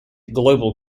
global